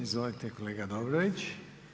Izvolite kolega Dobrović.